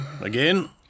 again